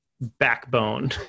Backbone